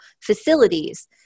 facilities